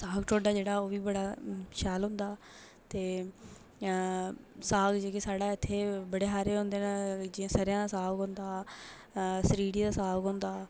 साग ढोडा जेह्ड़ा ओह् बी बड़ा शैल होंदा ते साग जेह्ड़े साढ़ै इत्थै बड़े हारे होंदे न जि'यां सरेआं दा साग होंदा सरीढ़ी दा साग होंदा